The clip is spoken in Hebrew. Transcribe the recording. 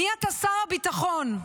מי אתה, שר ביטחון,